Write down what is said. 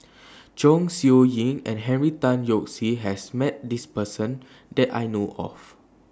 Chong Siew Ying and Henry Tan Yoke See has Met This Person that I know of